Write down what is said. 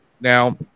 Now